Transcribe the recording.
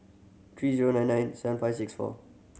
three zero nine nine seven five six four